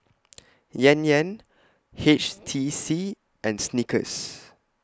Yan Yan H T C and Snickers